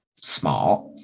smart